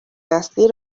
نسلی